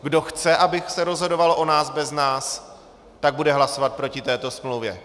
Kdo chce, aby se rozhodovalo o nás bez nás, bude hlasovat proti této smlouvě.